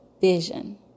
vision